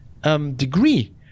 Degree